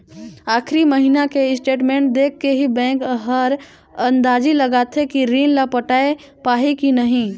आखरी महिना के स्टेटमेंट देख के ही बैंक हर अंदाजी लगाथे कि रीन ल पटाय पाही की नही